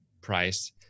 price